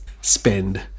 spend